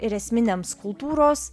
ir esminiams kultūros